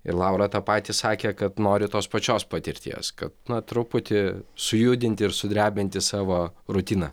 ir laura tą patį sakė kad nori tos pačios patirties kad na truputį sujudinti ir sudrebinti savo rutiną